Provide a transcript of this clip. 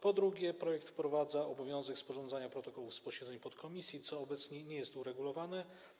Po drugie, projekt wprowadza obowiązek sporządzania protokołów posiedzeń podkomisji, co obecnie nie jest uregulowane.